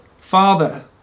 father